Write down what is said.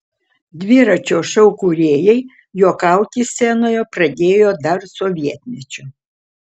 dviračio šou kūrėjai juokauti scenoje pradėjo dar sovietmečiu